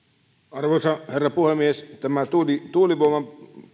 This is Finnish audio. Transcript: arvoisa herra puhemies tämä tuulivoiman